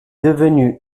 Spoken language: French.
devenu